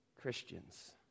Christians